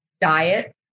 diet